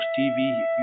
TV